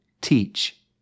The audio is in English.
teach